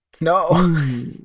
No